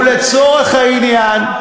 ולצורך העניין,